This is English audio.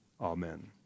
Amen